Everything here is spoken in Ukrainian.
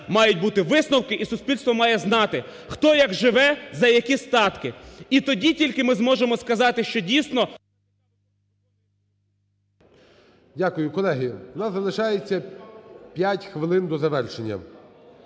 мають бути висновки і суспільство має знати, хто як живе, за які статки. І тоді тільки ми зможемо сказати, що дійсно… ГОЛОВУЮЧИЙ. Дякую. Колеги, в нас залишається 5 хвилин до завершення.